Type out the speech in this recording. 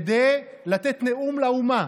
כדי לתת נאום לאומה.